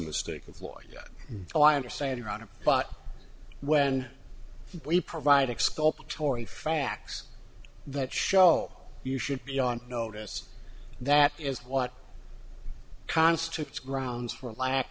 mistake of lawyer yet i understand your honor but when we provide exculpatory facts that show you should be on notice that is what constitutes grounds for lack